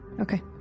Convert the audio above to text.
Okay